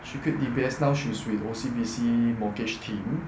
she quit D_B_S now she's with O_C_B_C mortgage team